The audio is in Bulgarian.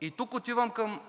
И тук отивам към